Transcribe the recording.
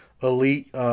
elite